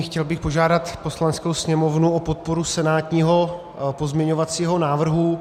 Chtěl bych požádat Poslaneckou sněmovnu o podporu senátního pozměňovacího návrhu.